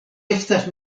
estas